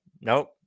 nope